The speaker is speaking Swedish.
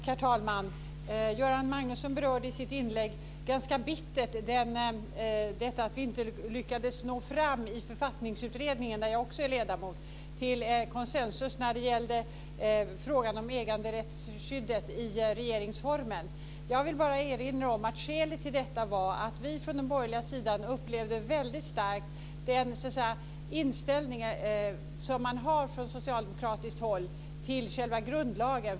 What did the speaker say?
Herr talman! Göran Magnusson berörde i sitt inlägg ganska bittert detta att vi inte lyckades nå fram till konsensus i Författningsutredningen, där jag också är ledamot, när det gällde frågan om äganderättsskyddet i regeringsformen. Jag vill bara erinra om att skälet till detta var att vi från den borgerliga sidan väldigt starkt upplevde den inställning som man har från socialdemokratiskt håll till själva grundlagen.